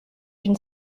une